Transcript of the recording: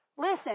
Listen